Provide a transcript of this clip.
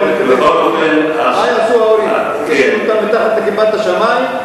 מה יעשו ההורים, ישאירו אותם מתחת לכיפת השמים?